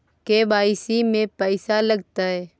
KYC में पैसा लगतै?